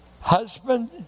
Husband